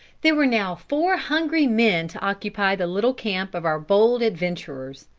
there were now four hungry men to occupy the little camp of our bold adventurers.